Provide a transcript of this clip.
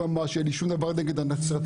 ממש אין לי שום דבר נגד הנצרתים,